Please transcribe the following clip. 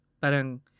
parang